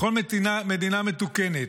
בכל מדינה מתוקנת,